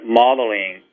modeling